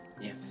Yes